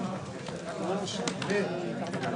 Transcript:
ננעלה בשעה 12:55.